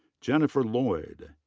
jennifer loyd.